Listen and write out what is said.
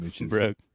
Broke